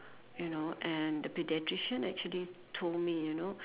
you know and the pediatrician actually told me you know